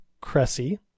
Cressy